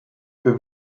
für